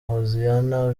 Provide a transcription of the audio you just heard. hoziyana